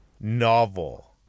novel